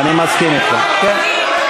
אני מסכים אתכם, כן.